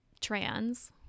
trans